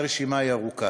והרשימה ארוכה.